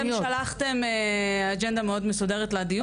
אתם שלחתם אג'נדה מאוד מסודרת לדיון.